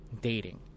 dating